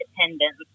independence